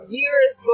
years